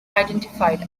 identified